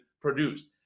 produced